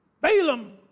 Balaam